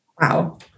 Wow